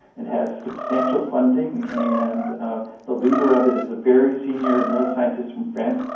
and has substantial funding, and the leader of it is a very senior neuroscientist from france,